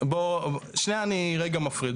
שנייה אני רגע מפריד.